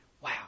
Wow